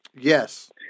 Yes